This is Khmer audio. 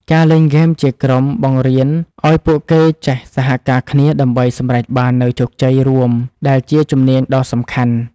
ការលេងហ្គេមជាក្រុមបង្រៀនឱ្យពួកគេចេះសហការគ្នាដើម្បីសម្រេចបាននូវជោគជ័យរួមដែលជាជំនាញដ៏សំខាន់។